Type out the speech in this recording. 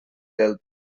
del